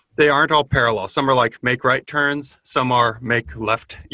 they aren't all parallel. some are like make right turns. some are make left,